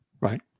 right